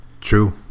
True